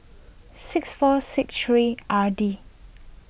six four six three R D